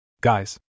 Guys